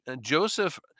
Joseph